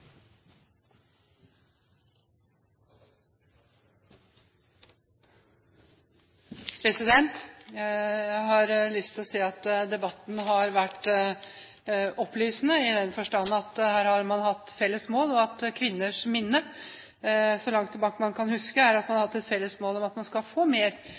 fylke. Jeg har lyst til å si at debatten har vært opplysende i den forstand at her har man hatt felles mål – i kvinners minne, så langt tilbake man kan huske – om at man skal få mer